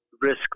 risk